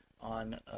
on